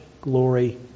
glory